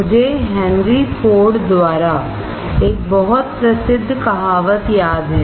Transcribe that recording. मुझे Henry Ford द्वारा एक बहुत प्रसिद्ध कहावत याद है